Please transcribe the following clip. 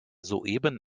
soeben